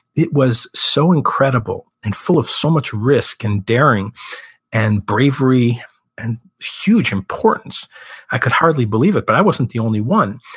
it was so incredible and full of so much risk and daring and bravery and huge importance i could hardly believe it. but i wasn't the only one.